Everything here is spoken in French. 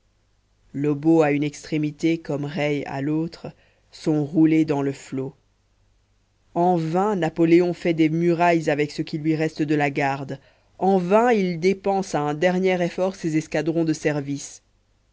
lobau à une extrémité comme reille à l'autre sont roulés dans le flot en vain napoléon fait des murailles avec ce qui lui reste de la garde en vain il dépense à un dernier effort ses escadrons de service